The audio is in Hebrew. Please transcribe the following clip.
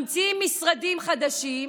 ממציאים משרדים חדשים,